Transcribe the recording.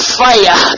fire